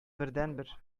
бердәнбер